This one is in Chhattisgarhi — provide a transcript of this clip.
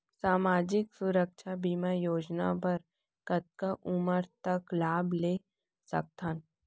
सामाजिक सुरक्षा बीमा योजना बर कतका उमर तक लाभ ले सकथन?